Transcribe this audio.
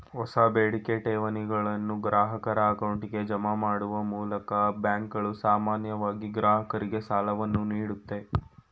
ಹೊಸ ಬೇಡಿಕೆ ಠೇವಣಿಗಳನ್ನು ಗ್ರಾಹಕರ ಅಕೌಂಟ್ಗೆ ಜಮಾ ಮಾಡುವ ಮೂಲ್ ಬ್ಯಾಂಕ್ಗಳು ಸಾಮಾನ್ಯವಾಗಿ ಗ್ರಾಹಕರಿಗೆ ಸಾಲವನ್ನು ನೀಡುತ್ತೆ